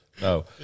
No